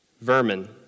vermin